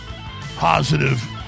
positive